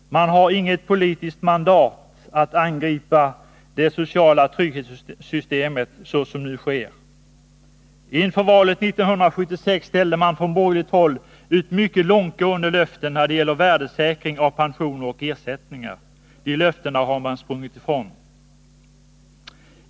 Man har inget politiskt mandat att angripa det sociala trygghetssystemet på det sätt som nu sker. Inför valet 1976 ställde man från borgerligt håll ut mycket långtgående löften om värdesäkring av pensioner och ersättningar. Dessa löften har man sprungit ifrån.